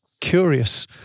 curious